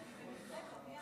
אני נמצאת פה.